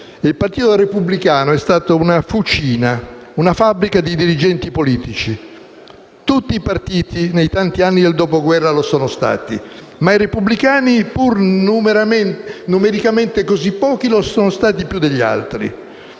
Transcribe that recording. Il Partito Repubblicano è stato una fucina e una fabbrica di dirigenti politici; nei tanti anni del Dopoguerra tutti i partiti lo sono stati, ma i repubblicani, pur numericamente così pochi, lo sono stati più degli altri.